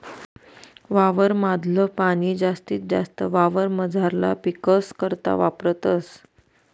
वावर माधल पाणी जास्तीत जास्त वावरमझारला पीकस करता वापरतस